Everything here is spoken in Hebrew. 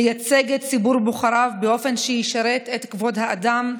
לייצג את ציבור בוחריו באופן שישרת את כבוד האדם,